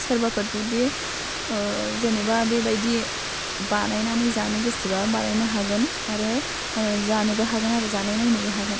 सोरबाफोर जुदि जेनेबा बेबायदि बानायनानै जानो गोसोबा बानायनो हागोन आरो ओह जानोबो हागोन आरो जानायनायनोबो हागोन